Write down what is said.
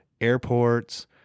airports